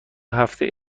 هفته